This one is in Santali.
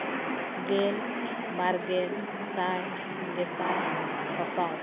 ᱜᱮᱞ ᱵᱟᱨ ᱜᱮᱞ ᱥᱟᱭ ᱜᱮ ᱥᱟᱭ ᱥᱟᱥᱟᱭ